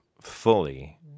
fully